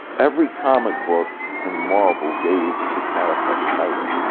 every comic book in marvel gave the character a title.